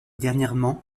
dernièrement